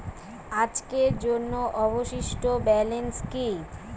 আজকের জন্য অবশিষ্ট ব্যালেন্স কি?